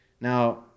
Now